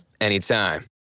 anytime